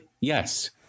Yes